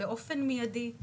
באופן מיידי.